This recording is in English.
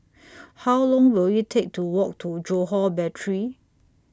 How Long Will IT Take to Walk to Johore Battery